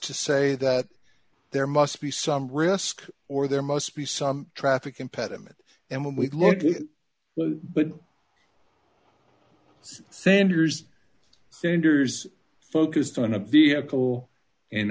to say that there must be some risk or there must be some traffic impediment and when we look at it well but sanders sanders focused on a vehicle in